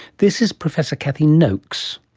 this is professor cath noakes.